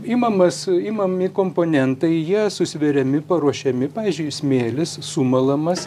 imamas imami komponentai jie susveriami paruošiami pavyzdžiui smėlis sumalamas